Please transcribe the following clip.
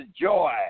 joy